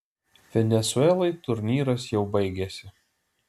venesuelai turnyras jau baigėsi